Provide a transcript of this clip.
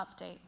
update